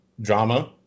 Drama